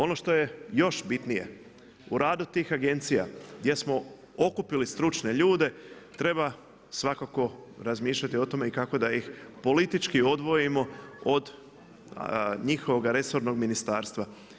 Ono što je još bitnije u radu tih agencija gdje smo okupili stručne ljude treba svakako razmišljati o tome i kako da ih politički odvojimo od njihovog resornog ministarstva.